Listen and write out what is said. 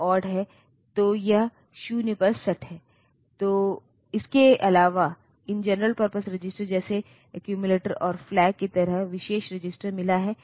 तो एड्रेस बस कुल 16 बिट है इस तरफ से 8 बिट और इस तरफ से मुझे 8 बिट मिला है